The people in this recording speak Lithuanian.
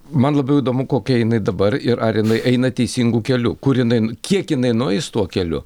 man labiau įdomu kokia jinai dabar ir ar jinai eina teisingu keliu kur jinai kiek jinai nueis tuo keliu